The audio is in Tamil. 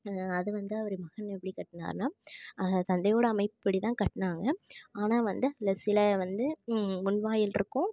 அது வந்து அவர் மகன் எப்படி கட்டினார்னா தந்தையோடய அமைப்பு படி தான் கட்டினாங்க ஆனால் வந்து அதில் சில வந்து முன்வாயில்யிருக்கும்